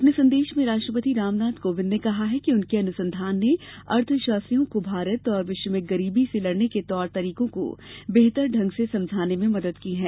अपने संदेश में राष्ट्रपति रामनाथ कोविंद ने कहा है कि उनके अनुसंधान ने अर्थशास्त्रियों को भारत और विश्व में गरीबी से लड़ने के तौर तरीकों को बेहतर ढंग से समझने में मदद की है